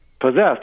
Possessed